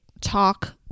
talk